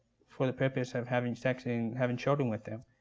for the purpose of having sex and having children with them.